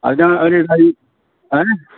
അതിൻ്റെ ങേ